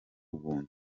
ubuntu